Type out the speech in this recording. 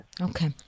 Okay